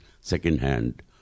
second-hand